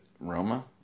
Roma